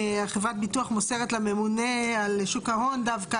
חברת הביטוח מוסרת לממונה על שוק ההון דווקא,